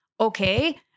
okay